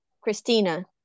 Christina